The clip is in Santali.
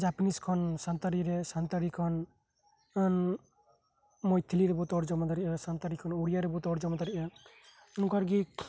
ᱡᱟᱯᱟᱱᱤᱡ ᱠᱷᱚᱱ ᱥᱟᱱᱛᱟᱞᱤ ᱨᱮ ᱥᱟᱱᱛᱟᱞᱤ ᱠᱷᱚᱱ ᱢᱳᱭᱛᱷᱤᱞᱤ ᱨᱮᱵᱚᱱ ᱛᱚᱨᱡᱚᱢᱟ ᱫᱟᱲᱮᱭᱟᱜᱼᱟ ᱥᱟᱱᱛᱟᱲᱤ ᱠᱷᱚᱱ ᱳᱲᱤᱭᱟ ᱨᱮᱵᱚᱱ ᱛᱚᱨᱡᱚᱢᱟ ᱫᱟᱲᱮᱭᱟᱜᱼᱟ ᱚᱱᱠᱟ ᱜᱮ